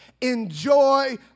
Enjoy